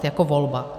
Jako volba.